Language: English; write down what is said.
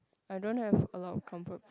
I don't have a lot of comfort food